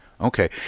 Okay